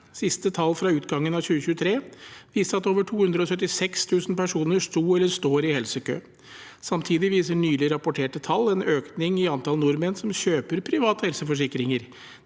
siste tallene, fra utgangen av 2023, viste at over 276 000 personer sto eller står i helsekø. Samtidig viser nylig rapporterte tall en økning i antall nordmenn som kjøper private helseforsikringer.